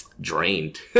drained